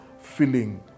feeling